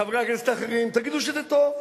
חברי הכנסת האחרים, תגידו שזה טוב.